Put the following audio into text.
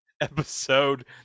episode